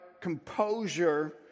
composure